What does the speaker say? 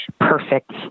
perfect